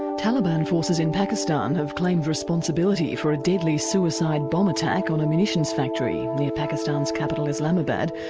and taliban forces in pakistan have claimed responsibility for a deadly suicide bomb attack on a munitions factory near pakistan's capital, islamabad,